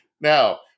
Now